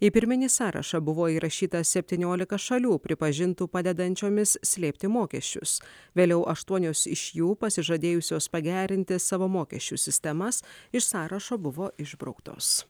į pirminį sąrašą buvo įrašyta septyniolika šalių pripažintų padedančiomis slėpti mokesčius vėliau aštuonios iš jų pasižadėjusios pagerinti savo mokesčių sistemas iš sąrašo buvo išbrauktos